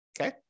Okay